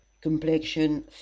complexion